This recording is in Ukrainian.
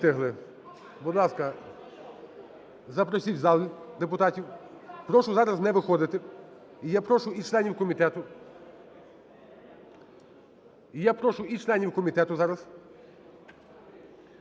всі встигли. Будь ласка, запросіть в зал депутатів. Прошу зараз не виходити. І я прошу і членів комітету…